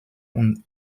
und